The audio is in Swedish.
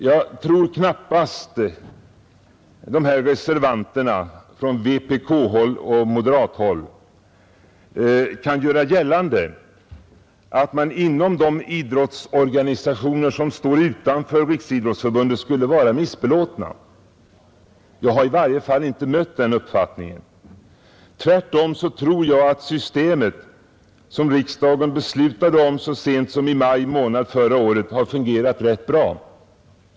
Jag tror knappast att dessa reservanter från vpk-håll och moderathåll kan göra gällande att man inom de idrottsorganisationer som står utanför Riksidrottsförbundet skulle vara missbelåten. Jag har i varje fall inte mött den uppfattningen. Tvärtom tror jag att systemet som riksdagen beslutade om så sent som i maj månad förra året har fungerat rätt bra.